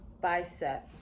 bicep